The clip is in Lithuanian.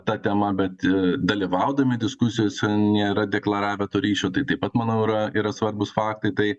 ta tema bet i dalyvaudami diskusijose nėra deklaravę to ryšio tai taip pat manau yra yra svarbūs faktai tai